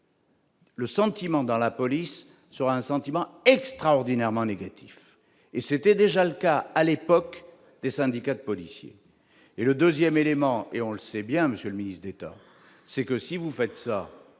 Le sentiment dans la police sur un sentiment extraordinairement négatif et c'était déjà le cas à l'époque, les syndicats de policiers et le 2ème élément et on le sait bien, monsieur le ministre d'État, c'est que si vous faites ça